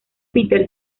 peters